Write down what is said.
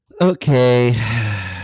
Okay